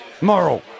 Moral